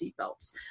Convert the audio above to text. seatbelts